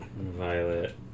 Violet